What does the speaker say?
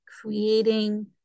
creating